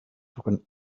took